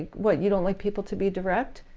what you don't like people to be direct?